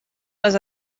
les